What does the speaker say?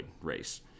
race